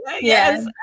Yes